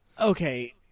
Okay